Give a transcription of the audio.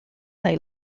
they